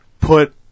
put